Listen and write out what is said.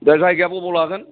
दे जायगाया बबाव लागोन